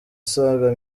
asaga